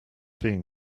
being